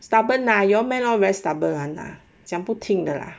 stubborn lah you all man all very stubborn [one] lah 讲不听的啦